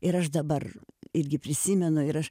ir aš dabar irgi prisimenu ir aš